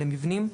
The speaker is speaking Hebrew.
למבנים,